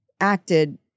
acted